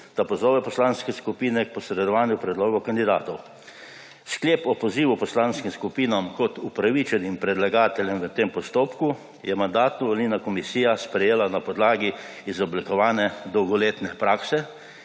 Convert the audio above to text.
da pozove poslanske skupine k posredovanju predlogov kandidatov. Sklep o pozivu poslanskim skupinam kot upravičenim predlagateljem v tem postopku je Mandatno-volilna komisija sprejela na podlagi izoblikovanje dolgoletne prakse